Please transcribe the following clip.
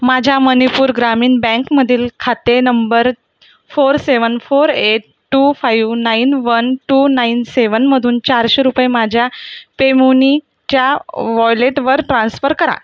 माझ्या मणिपूर ग्रामीण बँकमधील खाते number four seven four eight two five nine one two nine सेवनमधून चारशे रुपये माझ्या पेमुनीच्या वॉलेटवर ट्रान्स्पर करा